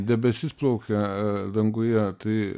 debesis plaukia danguje tai